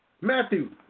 Matthew